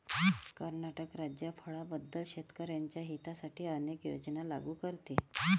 कर्नाटक राज्य फळांबद्दल शेतकर्यांच्या हितासाठी अनेक योजना लागू करते